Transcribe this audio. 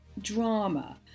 drama